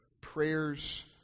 prayer's